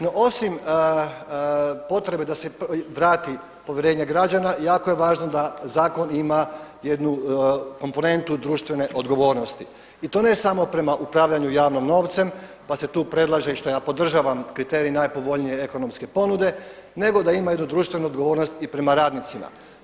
No, osim potrebe da se vrati povjerenje građana jako je važno da zakon ima jednu komponentu društvene odgovornosti i to ne samo prema upravljanju javnim novcem pa se tu predlaže i šta ja podražavam kriterij najpovoljnije ekonomske ponude, nego da ima jednu društvenu odgovornost i prema radnicima.